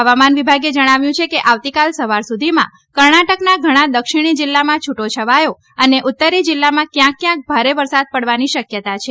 હવામાન વિભાગે જણાવ્યું છે કે આવતીકાલ સવાર સુધીમાં કર્ણાટકના ઘણા દક્ષિણી જિલ્લામાં છૂટોછવાયો અને ઉત્તરી જિલ્લામાં ક્યાંક ક્યાંક ભારે વરસાદ પડવાની શકયતા છે